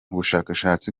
bushakashatsi